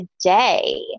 today